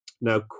Now